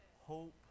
Hope